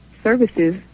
services